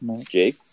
Jake